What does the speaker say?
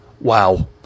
Wow